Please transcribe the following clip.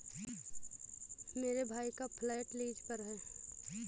मेरे भाई का फ्लैट लीज पर है